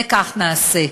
וכך נעשה.